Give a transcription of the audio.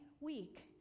week